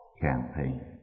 campaign